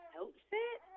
outfit